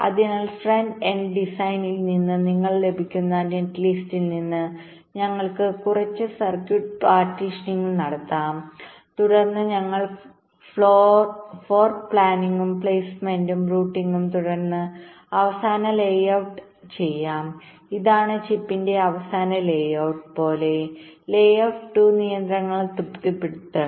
അതിനാൽ front end ഡിസൈനിൽനിന്ന് നിങ്ങൾക്ക് ലഭിക്കുന്ന നെറ്റ്ലിസ്റ്റിൽ നിന്ന് ഞങ്ങൾക്ക് കുറച്ച് സർക്യൂട്ട് പാർട്ടീഷനിംഗ്നടത്താം തുടർന്ന് ഞങ്ങൾക്ക് ഫ്ലോർ പ്ലാനിംഗും പ്ലെയ്സ്മെന്റും റൂട്ടിംഗും തുടർന്ന് അവസാന ലേഔട്ട്ചെയ്യാം ഇതാണ് ചിപ്പിന്റെ അവസാന ലേ ഔട്ട് പോലെ ലേഔട്ട് 2 നിയന്ത്രണങ്ങൾ തൃപ്തിപ്പെടുത്തണം